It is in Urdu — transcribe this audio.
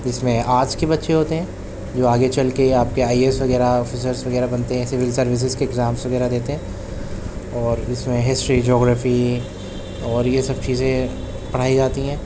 جس میں آرٹس کے بچے ہوتے ہیں جو آگے چل کے یا آپ کے آئی اے ایس وغیرہ آفیسرز وغیرہ بنتے ہیں سول سروسز کے ایگزامس وغیرہ دیتے ہیں اور اس میں ہسٹری جغرفی اور یہ سب چیزیں پڑھائی جاتی ہیں